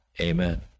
Amen